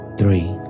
three